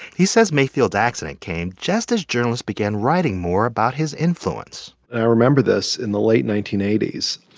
he says mayfield's accident came just as journalists began writing more about his influence i remember this. in the late nineteen eighty s,